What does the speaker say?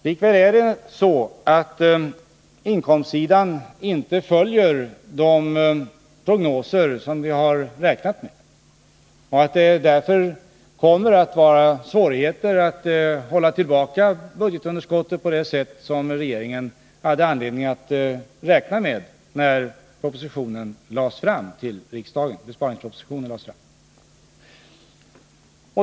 Likväl är det så att inkomstsidan inte följer de prognoser som vi har räknat med och att det därför kommer att vara förenat med svårigheter att hålla tillbaka budgetunderskottet på det sätt som regeringen hade anledning att räkna med när besparingspropositionen lades fram för riksdagen.